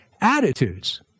attitudes